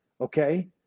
Okay